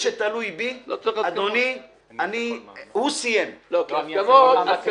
לא צריך את ועדת ההסכמות.